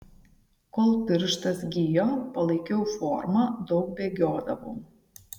kol pirštas gijo palaikiau formą daug bėgiodavau